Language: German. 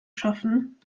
schaffen